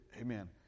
Amen